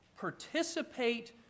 participate